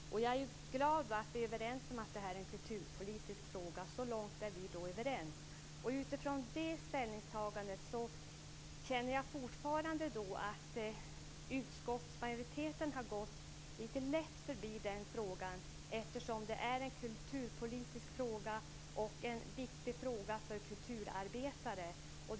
Jag är glad att vi är överens om att det är en kulturpolitisk fråga. Så långt är vi överens. Utifrån det ställningstagandet känner jag fortfarande att utskottsmajoriteten har gått lite lätt förbi frågan. Det är en kulturpolitisk fråga och en viktig fråga för kulturarbetare.